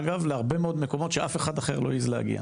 אגב, להרבה מאוד מקומות שאף אחד לא העז להגיע,